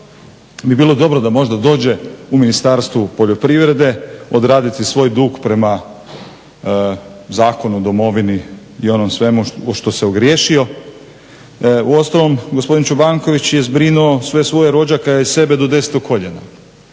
bi bilo dobro da možda dođe u Ministarstvo poljoprivrede odraditi svoj dug prema zakonu, domovini i onome svemu o što se ogriješio. U ostalom gospodin Čobanković je zbrinuo sve svoje rođake i sebe do deset koljena.